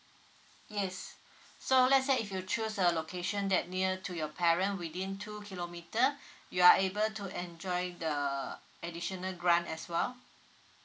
yes so let's say if you choose a location that near to your parent within two kilometre you are able to enjoy the additional grant as well